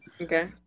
Okay